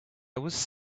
was